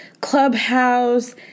clubhouse